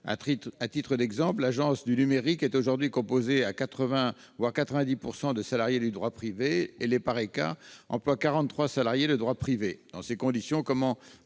À titre d'exemple, l'Agence du numérique est aujourd'hui composée à 80 %, voire à 90 % de salariés de droit privé, et l'EPARECA emploie 43 salariés de droit privé. Dans ces conditions, comment